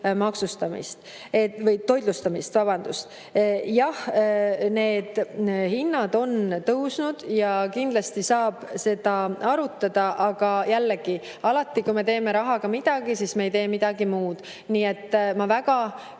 ja õpilaskodu toitlustamist. Jah, need hinnad on tõusnud. Ja kindlasti saab seda arutada. Aga jällegi, alati, kui me teeme rahaga midagi, siis me ei tee midagi muud. Nii et ma väga